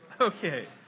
Okay